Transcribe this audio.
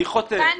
אני חותם.